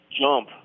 jump